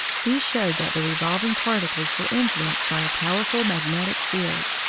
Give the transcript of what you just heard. he showed that the revolving particles were influenced by a powerful magnetic field,